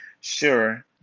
sure